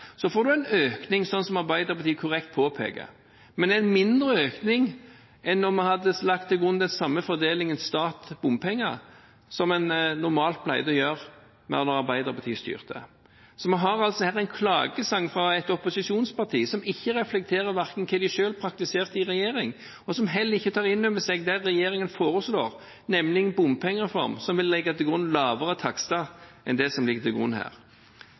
så får vi en økning, slik som Arbeiderpartiet korrekt påpeker, men en mindre økning enn om vi hadde lagt til grunn den samme fordelingen stat–bompenger som en normalt pleide å gjøre når Arbeiderpartiet styrte. Vi har altså her en klagesang fra et opposisjonsparti som ikke reflekterer over hva de selv praktiserte i regjering, og som heller ikke tar inn over seg det denne regjeringen foreslår, nemlig en bompengereform som vil legge til grunn lavere takster enn det som ligger til grunn her.